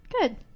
Good